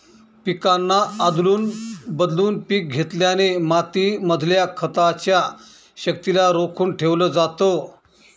पिकांना आदलून बदलून पिक घेतल्याने माती मधल्या खताच्या शक्तिला रोखून ठेवलं जातं